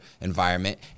environment